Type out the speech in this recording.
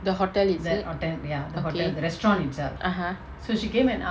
the hotel is it okay (uh huh)